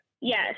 yes